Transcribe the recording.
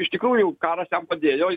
iš tikrųjų karas jam padėjo